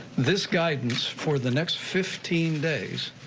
this guidance, for the next fifteen days,